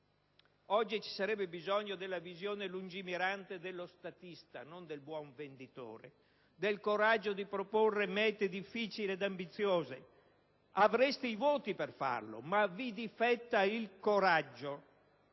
però, ci sarebbe bisogno della visione lungimirante dello statista e non del buon venditore; del coraggio di proporre mete difficili e ambiziose. Avreste i voti per farlo, ma vi difetta il coraggio.